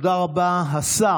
(חותם על ההצהרה) תודה רבה, השר